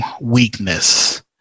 weakness